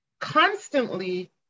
constantly